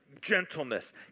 gentleness